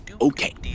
Okay